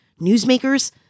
newsmakers